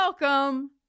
welcome